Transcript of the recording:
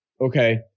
Okay